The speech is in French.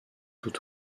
tout